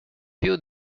più